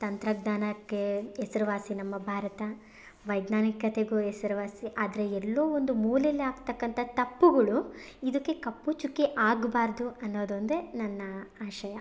ತಂತ್ರಜ್ಞಾನಕ್ಕೆ ಹೆಸರುವಾಸಿ ನಮ್ಮ ಭಾರತ ವೈಜ್ಞಾನಿಕತೆಗೂ ಹೆಸರುವಾಸಿ ಆದರೆ ಎಲ್ಲೋ ಒಂದು ಮೂಲೆಯಲ್ಲಿ ಆಗ್ತಕ್ಕಂಥ ತಪ್ಪುಗಳು ಇದಕ್ಕೆ ಕಪ್ಪು ಚುಕ್ಕೆ ಆಗಬಾರ್ದು ಅನ್ನೋದೊಂದೇ ನನ್ನ ಆಶಯ